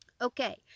Okay